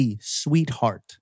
sweetheart